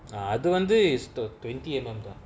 ah அதுவந்து:athuvanthu is two twenty M_M தா:thaa